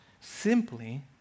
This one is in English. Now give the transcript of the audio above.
simply